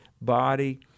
body